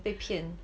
被骗